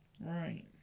Right